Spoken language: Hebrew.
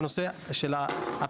אני ערבי,